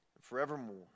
forevermore